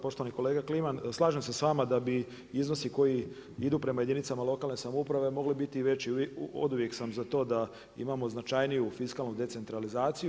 Poštovani kolega Kliman, slažem se sa vama da bi iznosi koji idu prema jedinicama lokalne samouprave mogli biti i veći, oduvijek sam za to da imamo značajniju fiskalnu decentralizaciju.